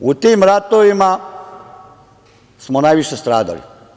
U tim ratovima smo najviše stradali.